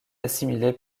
assimilé